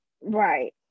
Right